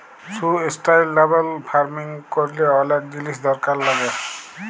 sustainable farming ক্যরলে অলেক জিলিস দরকার লাগ্যে